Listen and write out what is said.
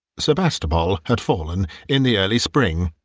sebastopol had fallen in the early spring,